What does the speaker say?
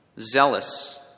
zealous